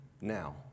now